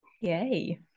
Yay